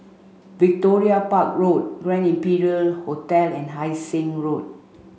Victoria Park Road Grand Imperial Hotel and Hai Sing Road